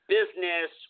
business